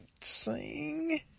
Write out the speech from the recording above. sing